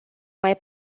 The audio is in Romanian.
mai